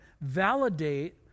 validate